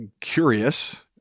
curious